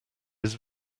his